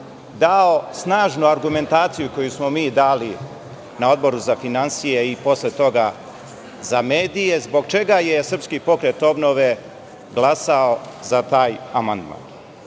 dao snažnu argumentaciju, koju smo mi dali na Odboru za finansije i posle toga za medije, zbog čega je SPO glasao za taj amandman.